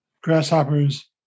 grasshoppers